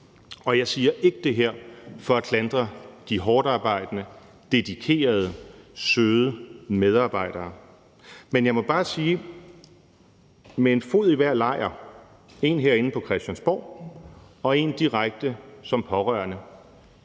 Jeg siger ikke det her for at klandre de hårdtarbejdende, dedikerede og søde medarbejdere, men jeg må bare med en fod i hver lejr – en herinde på Christiansborg og en direkte som pårørende